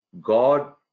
god